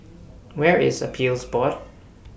Where IS Appeals Board